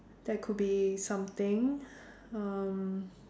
that could be something um